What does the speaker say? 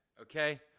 okay